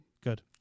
Good